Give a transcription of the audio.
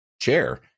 chair